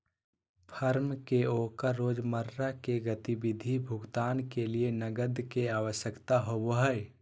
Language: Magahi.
फर्म के ओकर रोजमर्रा के गतिविधि भुगतान के लिये नकद के आवश्यकता होबो हइ